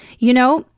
you know,